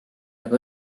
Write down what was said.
aga